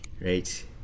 right